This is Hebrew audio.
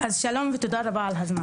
אז שלום ותודה רבה על ההזמנה.